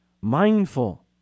mindful